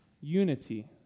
unity